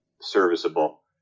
serviceable